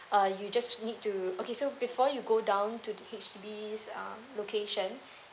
uh you just need to okay so before you go down to the H_D_B uh location